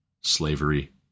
slavery